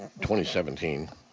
2017